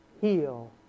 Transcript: heal